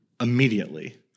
Immediately